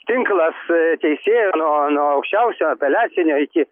tinklas teisėjų nuo nuo aukščiausio apeliacinio iki